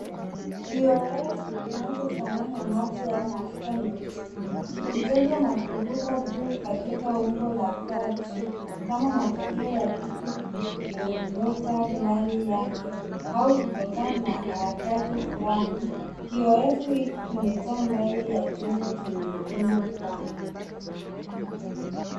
Kioevu kinachofanana na maji au mafuta meusi. kikicheza na kuruka juu katika umbo la taji, kama matokeo ya kitu kudondoka ndani yake, au kutokana na harakati fulani. Kioevu hiki kimejaa ndani ya chombo chenye mdomo mpana.